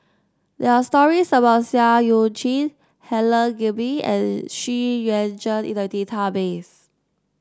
there are stories about Seah Eu Chin Helen Gilbey and Xu Yuan Zhen in the database